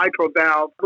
microvalve